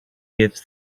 gives